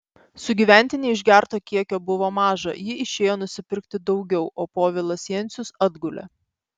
sugyventinei išgerto kiekio buvo maža ji išėjo nusipirkti daugiau o povilas jencius atgulė